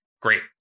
Great